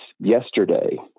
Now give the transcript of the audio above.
yesterday